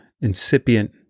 incipient